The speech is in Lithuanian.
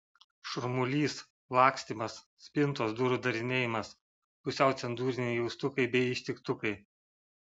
šurmulys lakstymas spintos durų darinėjimas pusiau cenzūriniai jaustukai bei ištiktukai